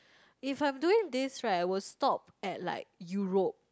if I'm doing this right I will stop at like Europe